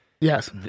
Yes